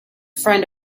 friend